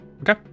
okay